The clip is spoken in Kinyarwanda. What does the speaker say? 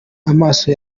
amaso